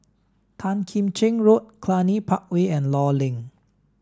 Tan Kim Cheng Road Cluny Park Way and Law Link